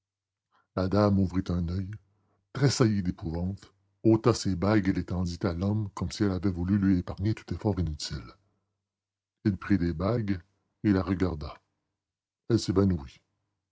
la dame ouvrit un oeil tressaillit d'épouvante ôta ses bagues et les tendit à l'homme comme si elle avait voulu lui épargner tout effort inutile il prit les bagues et la regarda elle s'évanouit